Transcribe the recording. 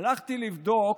הלכתי לבדוק